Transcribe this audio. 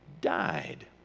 died